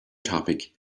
topic